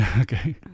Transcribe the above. okay